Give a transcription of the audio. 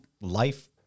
life